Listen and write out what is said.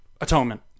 Atonement